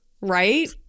Right